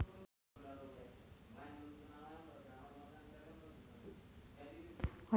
अति कापणीचा जमीन आणि जमिनीची सुपीक क्षमता या दोन्हींवर वाईट परिणाम होतो